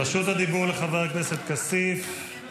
רשות הדיבור לחבר הכנסת כסיף, בבקשה.